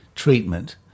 Treatment